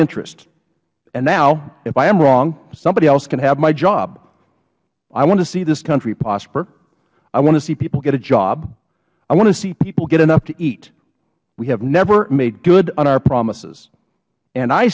interest now if i am wrong somebody else can have my job i want to see this country prosper i want to see people get a job i want to see people get enough to eat we have never made good on our promises and i